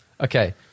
Okay